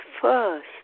first